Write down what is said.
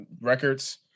records